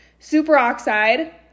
superoxide